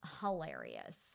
hilarious